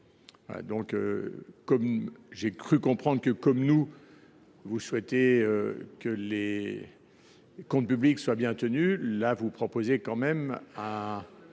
j’ai cru comprendre que, comme nous, vous souhaitiez que les comptes publics soient bien tenus. Or vous proposez une mesure